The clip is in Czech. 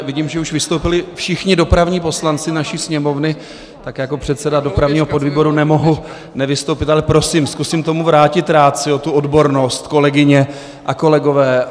Vidím, že už vystoupili všichni dopravní poslanci naší Sněmovny, tak jako předseda dopravního podvýboru nemohu nevystoupit, ale prosím, zkusím tomu vrátit ratio, tu odbornost, kolegyně, kolegové.